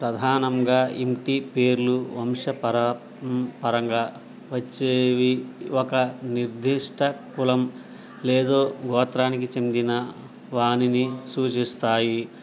ప్రధానంగా ఇంటి పేర్లు వంశ పరంగా వచ్చేవి ఒక నిర్దిష్ట కులం లేదా గోత్రానికి చెందిన వానిని సూచిస్తాయి